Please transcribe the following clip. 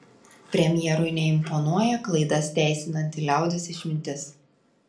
premjerui neimponuoja klaidas teisinanti liaudies išmintis